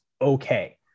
okay